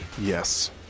Yes